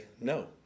no